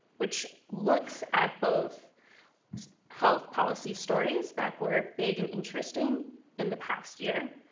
which looks at both health policy stories that were big and interesting in the past year,